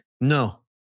No